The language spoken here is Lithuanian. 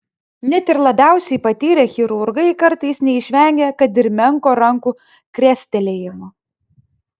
net ir labiausiai patyrę chirurgai kartais neišvengia kad ir menko rankų krestelėjimo